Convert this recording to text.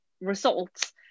results